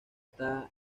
está